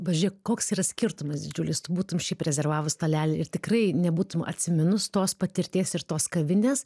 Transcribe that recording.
pažiūrėk koks yra skirtumas didžiulis tu būtum šiaip rezervavus stalelį ir tikrai nebūtum atsiminus tos patirties ir tos kavinės